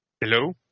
Hello